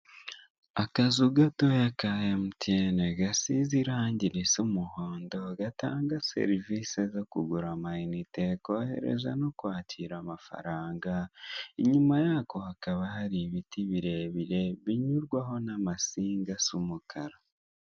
Akazu gatoya ka emutiyeni gasize irangi risa umuhondo, gatanga serivise zo kugura amayinite, kohereza no kwakira amafaranga, inyuma yako hakaba hari ibiti birebire binyurwaho n'amasinga asa umukara.